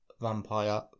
vampire